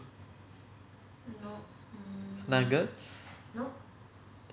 nuggets